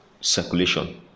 circulation